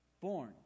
Born